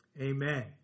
Amen